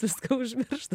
viską užmiršt